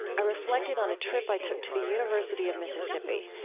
i reflected on a trip i took to the university of mississippi,